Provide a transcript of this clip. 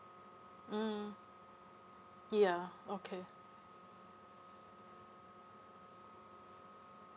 mm ya okay